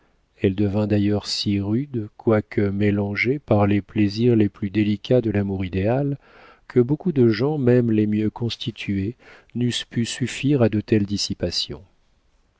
elle devint d'ailleurs si rude quoique mélangée par les plaisirs les plus délicats de l'amour idéal que beaucoup de gens même les mieux constitués n'eussent pu suffire à de telles